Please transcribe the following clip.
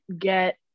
get